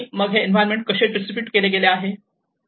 आणि मग हे एन्व्हायरमेंट कसे डिस्ट्रीब्यूट केले गेले आहे